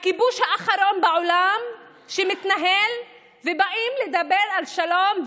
הכיבוש האחרון בעולם שמתנהל, ובאים לדבר על שלום.